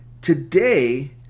Today